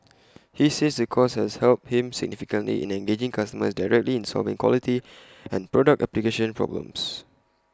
he says the course has helped him significantly in engaging customers directly in solving quality and product application problems